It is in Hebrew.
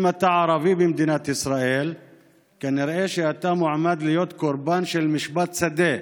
אם אתה ערבי במדינת ישראל כנראה שאתה מועמד להיות קורבן של משפט שדה